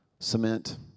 Cement